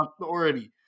authority